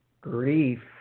grief